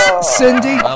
Cindy